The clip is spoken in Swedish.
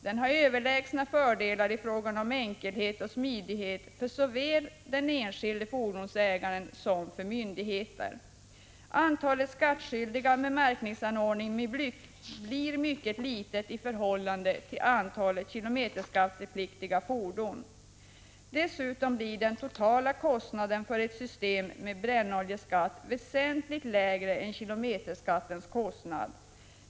Den har överlägsna fördelar i fråga om enkelhet och smidighet för såväl enskilda fordonsägare som myndigheter. Antalet skattskyldiga med märkningsanordning blir mycket litet i förhållande till antalet kilometerskattepliktiga fordon. Den totala kostnaden för ett system med brännoljeskatt blir dessutom väsentligt lägre än kilometerskattens kostnad.